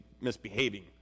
misbehaving